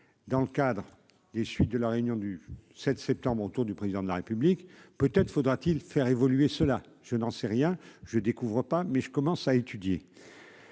dans le cadre des suites de la réunion du 7 septembre autour du président de la République, peut-être faudra-t-il faire évoluer cela je n'en sais rien, je découvre pas mais je commence à étudier,